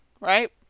Right